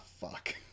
fuck